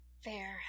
Fair